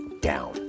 down